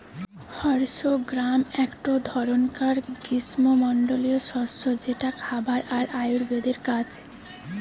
horse gram একটো ধরণকার গ্রীস্মমন্ডলীয় শস্য যেটা খাবার আর আয়ুর্বেদের কাজ